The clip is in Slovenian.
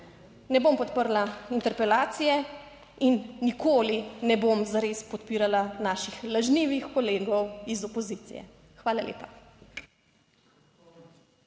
Ne bom podprla interpelacije in nikoli ne bom zares podpirala naših lažnivih kolegov iz opozicije. Hvala lepa.